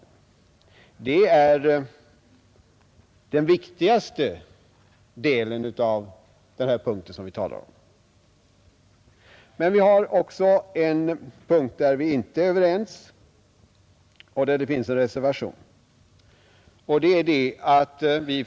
Det är det viktigaste i den punkt vi nu behandlar. Men vi har också en punkt, i fråga om vilken vi inte är överens och där det finns en reservation.